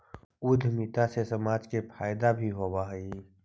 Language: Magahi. उद्यमिता से समाज के फायदा भी होवऽ हई